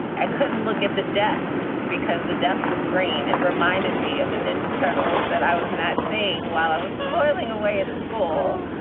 i couldn't look at the desk because the desk was green and it reminded me of the ninja turtles that i was not seeing while i was toiling away at school.